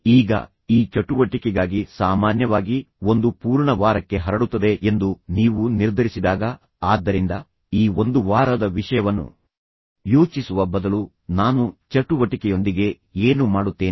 ಈಗ ಈ ಚಟುವಟಿಕೆಗಾಗಿ ಸಾಮಾನ್ಯವಾಗಿ ಒಂದು ಪೂರ್ಣ ವಾರಕ್ಕೆ ಹರಡುತ್ತದೆ ಎಂದು ನೀವು ನಿರ್ಧರಿಸಿದಾಗ ಆದ್ದರಿಂದ ಈ ಒಂದು ವಾರದ ವಿಷಯವನ್ನು ಯೋಚಿಸುವ ಬದಲು ನಾನು ಚಟುವಟಿಕೆಯೊಂದಿಗೆ ಏನು ಮಾಡುತ್ತೇನೆ